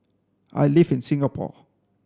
I live in Singapore